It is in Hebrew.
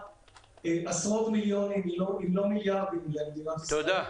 עשרות מיליונים אם לא מיליארדים למדינת ישראל.